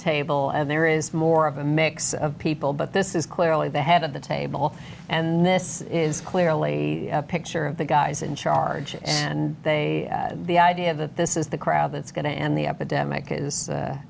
table and there is more of a mix of people but this is clearly the head of the table and this is clearly a picture of the guys in charge and they the idea that this is the crowd that's going to end the epidemic is